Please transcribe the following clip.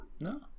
no